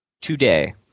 today